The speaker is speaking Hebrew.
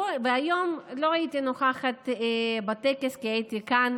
היום לא הייתי נוכחת בטקס כי הייתי כאן,